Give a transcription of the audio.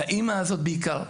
לאימא הזאת בעיקר,